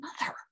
mother